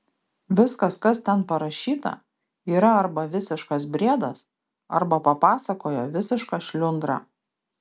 viskas kas ten parašyta yra arba visiškas briedas arba papasakojo visiška šliundra